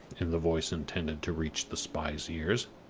in the voice intended to reach the spy's ears.